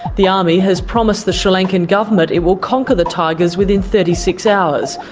the army has promised the sri lankan government it will conquer the tigers within thirty six hours,